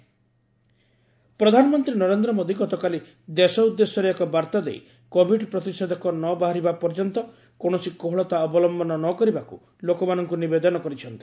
PM address ପ୍ରଧାନମନ୍ତ୍ରୀ ନରେନ୍ଦ ମୋଦୀ ଗତକାଲି ଦେଶ ଉଦ୍ଦେଶ୍ୟରେ ଏକ ବାର୍ତ୍ତା ଦେଇ କୋବିଡ୍ ପ୍ରତିଷେଧକ ନ ବାହାରିବା ପର୍ଯ୍ୟନ୍ତ କୌଣସି କୋହଳତା ଅବଲମ୍ଘନ ନ କରିବାକୁ ଲୋକମାନଙ୍କୁ ନିବେଦନ କରିଛନ୍ତି